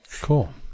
Cool